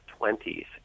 20s